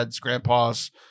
Grandpa's